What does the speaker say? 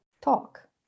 talk